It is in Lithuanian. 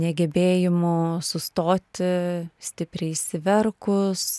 negebėjimo sustoti stipriai išsiverkus